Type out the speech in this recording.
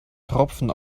tropfen